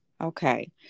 Okay